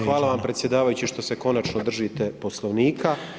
Hvala vam predsjedavajući što se konačno držite poslovnika.